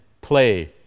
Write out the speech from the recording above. play